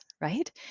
right